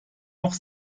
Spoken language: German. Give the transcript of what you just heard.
noch